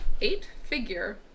eight-figure